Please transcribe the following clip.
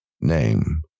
name